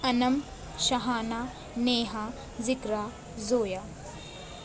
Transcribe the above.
Anam Shahana Neha Zikra Zoya